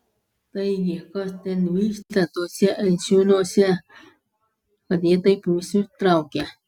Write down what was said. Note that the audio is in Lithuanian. taigi kas ten vyksta tuose eičiūnuose kad jie taip visus traukia